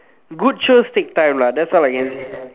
good shows take time lah that's all I can